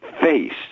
face